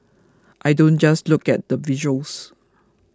I don't just look at the visuals